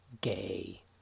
gay